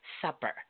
supper